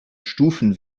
stufen